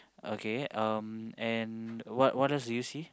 okay um and what what else do you see